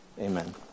Amen